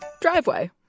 driveway